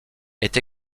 est